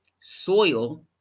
soil